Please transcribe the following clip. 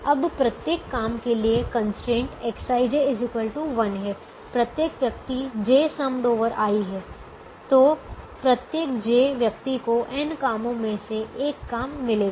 अब प्रत्येक काम के लिए कंस्ट्रेंट Xij 1 है प्रत्येक व्यक्ति j समड ओवर i है तो प्रत्येक j व्यक्ति को n कामों में से एक काम मिलेगा